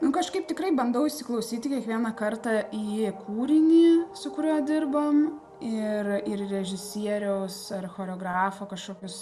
nu kažkaip tikrai bandau įsiklausyti kiekvieną kartą į kūrinį su kuriuo dirbam ir ir režisieriaus ar choreografo kažkokius